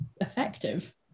effective